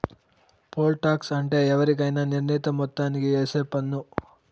pole tax అంటే ఎవరికైనా నిర్ణీత మొత్తానికి ఏసే పన్ను